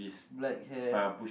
black hair